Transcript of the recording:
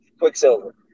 Quicksilver